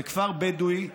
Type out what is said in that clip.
זה כפר בדואי.